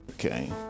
okay